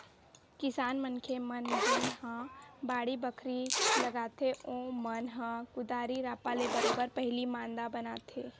किसान मनखे मन जेनहा बाड़ी बखरी लगाथे ओमन ह कुदारी रापा ले बरोबर पहिली मांदा बनाथे